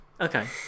Okay